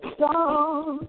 song